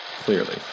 clearly